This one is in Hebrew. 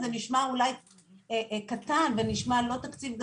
זה נשמע אולי תקציב לא גדול,